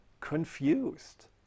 confused